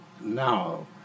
now